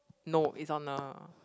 no it's on a